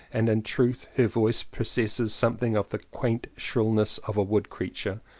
and in truth her voice possesses something of the quaint shrillness of a wood-creature.